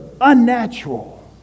unnatural